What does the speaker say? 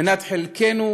מנת חלקנו,